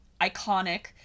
Iconic